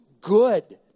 good